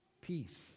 peace